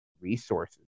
resources